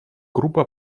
группа